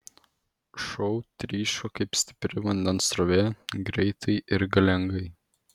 šou tryško kaip stipri vandens srovė greitai ir galingai